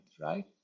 right